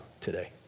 today